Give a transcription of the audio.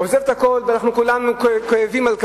הוא עוזב את הכול, ואנחנו כולנו כואבים על כך.